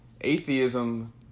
atheism